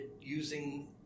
using